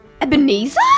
Ebenezer